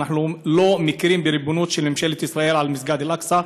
ואנחנו לא מכירים בריבונות של ממשלת ישראל על מסגד אל-אקצא,